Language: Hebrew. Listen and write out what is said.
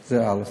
זה, א.